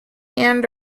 end